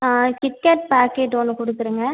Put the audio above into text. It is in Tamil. கிட்கேட் பாக்கெட் ஒன்று கொடுத்துருங்க